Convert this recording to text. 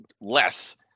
less